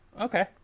Okay